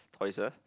toys ah